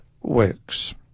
works